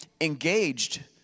engaged